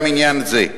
גם עניין זה.